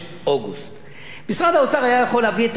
משרד האוצר היה יכול להביא את העלאת המע"מ לפני שנה,